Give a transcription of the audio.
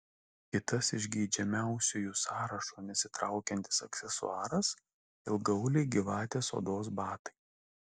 kitas iš geidžiamiausiųjų sąrašo nesitraukiantis aksesuaras ilgaauliai gyvatės odos batai